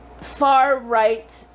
far-right